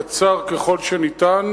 קצר ככל האפשר,